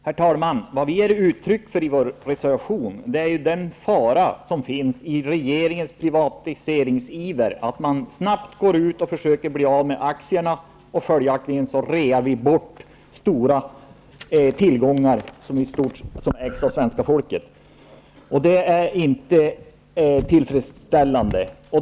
Herr talman! I vår reservation ger vi uttryck för den fara som finns i regeringens privatiseringsiver, att man snabbt går ut och försöker bli av med aktierna och följdaktligen rear bort stora tillgångar som ägs av svenska folket. Det är inte tillfredsställande.